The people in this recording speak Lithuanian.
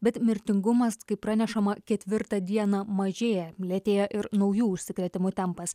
bet mirtingumas kaip pranešama ketvirtą dieną mažėja lėtėja ir naujų užsikrėtimų tempas